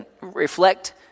reflect